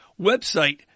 website